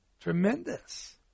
Tremendous